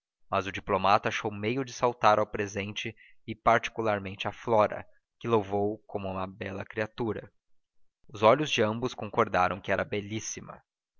mas o diplomata achou meio de saltar ao presente e particularmente a flora que louvou como uma bela criatura os olhos de ambos concordaram que era belíssima